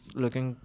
looking